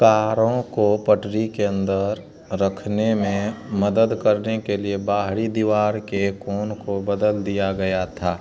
कारों को पटरी के अंदर रखने में मदद करने के लिए बाहरी दीवार के कोण को बदल दिया गया था